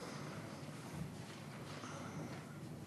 גברתי.